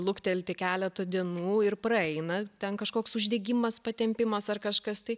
luktelti keletą dienų ir praeina ten kažkoks uždegimas patempimas ar kažkas tai